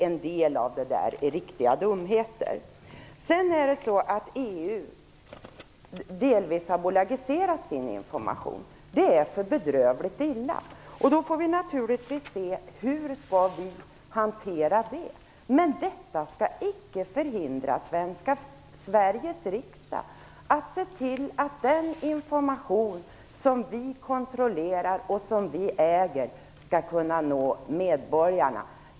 En del av det är riktiga dumheter. EU har delvis bolagiserat sin information, och det är bedrövligt illa. Vi får naturligtvis se hur vi skall hantera det. Men detta skall icke förhindra Sveriges riksdag att se till att den information som vi kontrollerar och som vi äger skall kunna nå medborgarna.